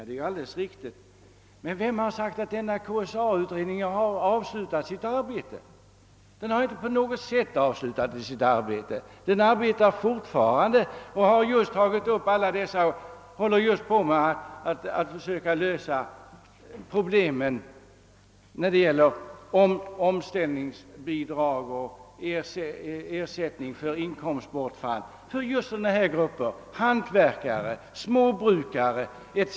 Det är alldeles riktigt, men vem har sagt att KSA-utredningen har avslutat sitt arbete? Det har den inte på något sätt; den arbetar fortfarande och håller nu på med att försöka lösa problemen rörande omställningsbidrag och ersättning för inkomstbortfall för sådana grupper som hantverkare, småföretagare etc.